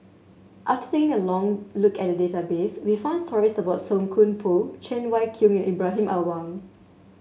after taking a long look at the database we found stories about Song Koon Poh Cheng Wai Keung and Ibrahim Awang